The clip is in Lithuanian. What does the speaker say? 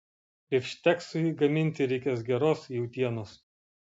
bifšteksui gaminti reikės geros jautienos